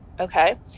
okay